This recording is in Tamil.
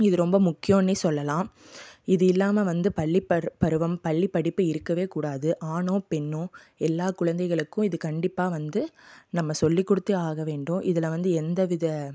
இது ரொம்ப முக்கியம்னே சொல்லலாம் இது இல்லாமல் வந்து பள்ளி பருவம் பள்ளி படிப்பு இருக்கவே கூடாது ஆணோ பெண்ணோ எல்லா குழந்தைகளுக்கும் இது கண்டிப்பாக வந்து நம்ம சொல்லிக் கொடுத்தே ஆக வேண்டும் இதில் வந்து எந்தவித